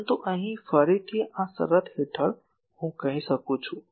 પરંતુ અહીં ફરીથી આ શરત હેઠળ હું કહી શકું છું